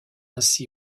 ainsi